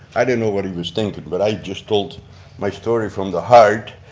i didn't know what he was thinking but i just told my story from the heart,